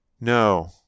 No